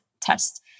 test